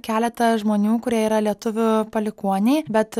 keletą žmonių kurie yra lietuvių palikuoniai bet